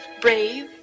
brave